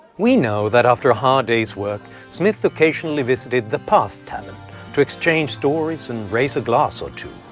we know that after a hard day's work, smith occasionally visited the path tavern to exchange stories and raise a glass or two.